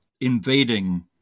invading